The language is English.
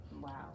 Wow